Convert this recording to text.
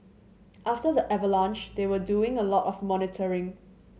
after the avalanche they were doing a lot of monitoring